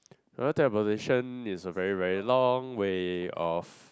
you know celebration is a very very long way of